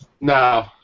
No